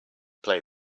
play